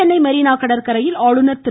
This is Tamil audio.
சென்னை மெரீனா கடற்கரையில் ஆளுநர் திரு